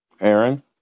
Aaron